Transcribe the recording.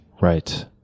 right